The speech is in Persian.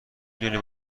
دونی